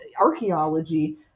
Archaeology